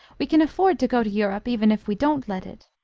we can afford to go to europe even if we don't let it.